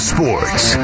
Sports